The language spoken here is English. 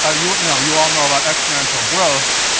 ah you you know you all know about exponential growth.